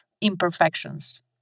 imperfections